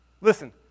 Listen